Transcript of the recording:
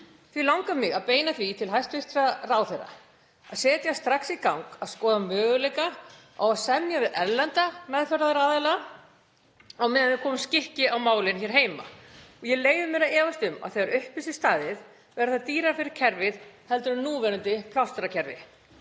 Því langar mig að beina því til hæstv. ráðherra að setja strax í gang að skoða möguleika á að semja við erlenda meðferðaraðila á meðan við komum skikki á málin hér heima. Ég leyfi mér að efast um að þegar upp er staðið verði það dýrara fyrir kerfið heldur en núverandi plástrakerfi.